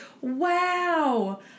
wow